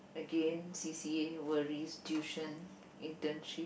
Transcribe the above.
again c_c_a worries tuition internship